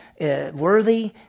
worthy